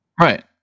Right